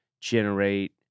generate